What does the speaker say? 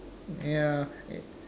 ya